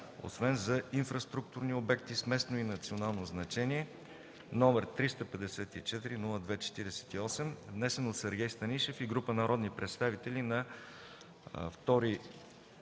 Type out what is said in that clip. на инфраструктурни обекти с местно и национално значение, № 354-02-48, внесен от Сергей Станишев и група народни представители на 2 юли